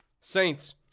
Saints